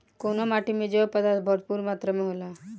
कउना माटी मे जैव पदार्थ भरपूर मात्रा में होला?